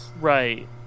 Right